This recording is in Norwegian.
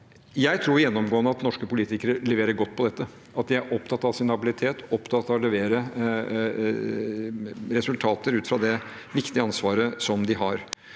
Jeg tror gjennomgående at norske politikere leverer godt på dette, at de er opptatt av sin habilitet, opptatt av å levere resultater ut fra det viktige ansvaret som de har.